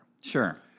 Sure